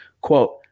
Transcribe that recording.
quote